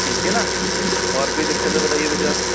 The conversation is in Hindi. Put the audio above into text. ठीक है ना और कोई दिक्कत है बताइए मुझे आप